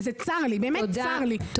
וצרי לי, באמת צר לי.